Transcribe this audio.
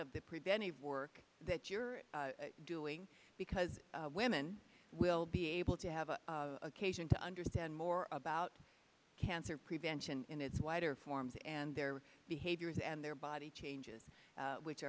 of the preventive work that you're doing because women will be able to have an occasion to understand more about cancer prevention in its wider forms and their behaviors and their body changes which